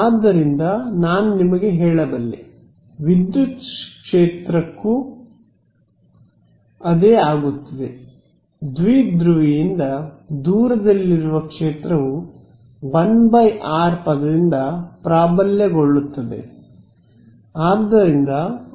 ಆದ್ದರಿಂದನಾನು ನಿಮಗೆ ಹೇಳಬಲ್ಲೆ ವಿದ್ಯುತ್ ಕ್ಷೇತ್ರಕ್ಕೂ ಅದೇ ಆಗುತ್ತದೆ ದ್ವಿಧ್ರುವಿಯಿಂದ ದೂರದಲ್ಲಿರುವ ಕ್ಷೇತ್ರವು 1 r ಪದದಿಂದ ಪ್ರಾಬಲ್ಯಗೊಳ್ಳುತ್ತದೆ